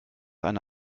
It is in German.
eine